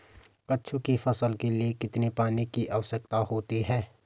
कद्दू की फसल के लिए कितने पानी की आवश्यकता होती है?